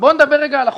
בוא נדבר רגע על אחוזים.